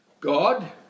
God